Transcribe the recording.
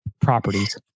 properties